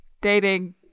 Dating